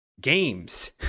Games